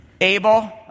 Abel